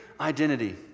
identity